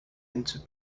into